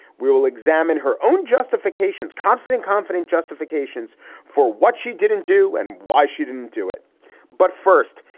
we will examine her own justifications, confident, confident justifications for what she didn't do and why she didn't do it but first,